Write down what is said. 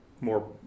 more